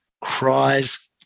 cries